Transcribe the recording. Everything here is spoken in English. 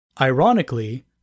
Ironically